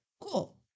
Cool